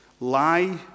lie